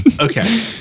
Okay